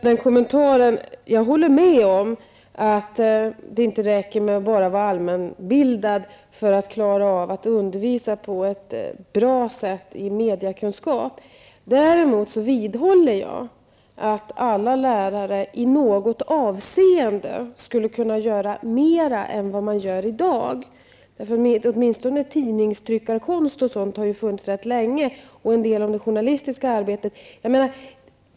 Herr talman! Jag håller med om att det inte räcker med att vara allmänbildad för att klara av att undervisa på ett bra sätt i mediekunskap. Däremot vidhåller jag att alla lärare i något avseende skulle kunna göra mera än vad de gör i dag. Tidningstryckarkonsten och det journalistiska arbetet har ju funnits ganska länge.